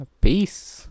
peace